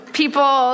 people